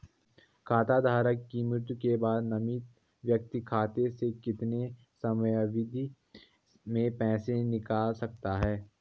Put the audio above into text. खाता धारक की मृत्यु के बाद नामित व्यक्ति खाते से कितने समयावधि में पैसे निकाल सकता है?